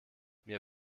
mir